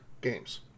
games